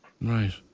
Right